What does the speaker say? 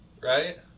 right